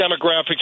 demographics